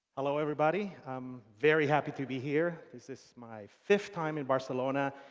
hello, everybody, i'm very happy to be here, this is my fifth time in barcelona,